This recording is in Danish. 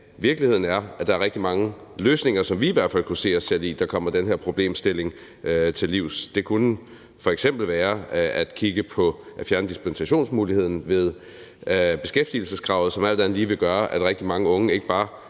virkeligheden er, at der er rigtig mange løsninger, som vi i hvert fald kunne se os selv i, og som ville komme den her problemstilling til livs. Det kunne f.eks. være at kigge på at fjerne dispensationsmuligheden ved beskæftigelseskravet, som alt andet lige ville gøre, at rigtig mange unge ikke bare